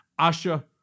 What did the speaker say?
Asha